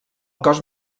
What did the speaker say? cost